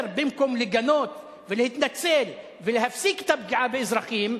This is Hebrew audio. במקום לגנות ולהתנצל ולהפסיק את הפגיעה באזרחים?